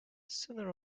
sooner